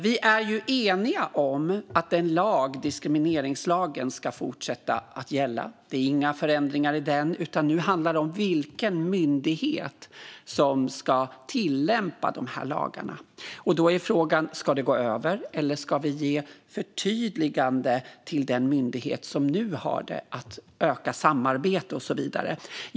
Vi är eniga om att diskrimineringslagen ska fortsätta att gälla. Det är inga förändringar i den. Det handlar nu om vilken myndighet som ska tillämpa lagarna. Då är frågan: Ska det gå över, eller ska vi ge ett förtydligande till den myndighet som nu har ansvaret att öka samarbetet och så vidare?